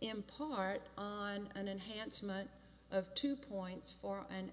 in part on an enhancement of two points for an